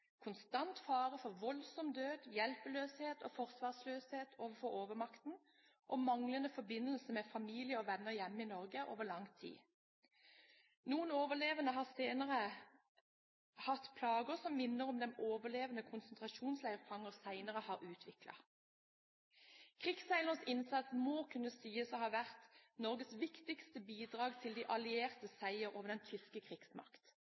konstant fare for voldsom død, hjelpeløshet og forsvarsløshet overfor overmakten, og manglende forbindelse med familie og venner hjemme i Norge over lang tid. Noen overlevende har senere hatt plager som minner om den overlevende konsentrasjonsleirfanger har utviklet. Krigsseilernes innsats må sies å ha vært Norges viktigste bidrag til de alliertes seier over den tyske krigsmakt.